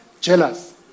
jealous